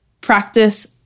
practice